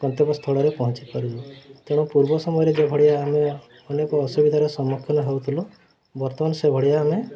ଗନ୍ତବ୍ୟସ୍ଥଳରେ ପହଞ୍ଚି ପାରିବୁ ତେଣୁ ପୂର୍ବ ସମୟରେ ଯେଭଳିଆ ଆମେ ଅନେକ ଅସୁବିଧାର ସମ୍ମୁଖୀନ ହେଉଥିଲୁ ବର୍ତ୍ତମାନ ସେଭଳିଆ ଆମେ